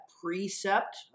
Precept